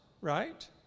right